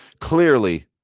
clearly